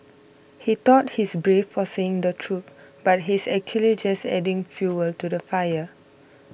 he thought he's brave for saying the truth but he's actually just adding fuel to the fire